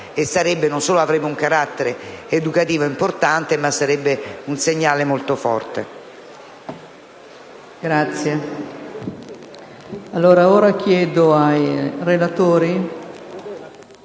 non solo avrebbe un carattere educativo importante ma sarebbe un segnale molto forte.